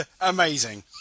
Amazing